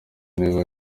niba